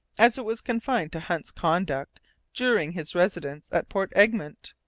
as it was confined to hunt's conduct during his residence at port egmont.